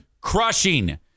crushing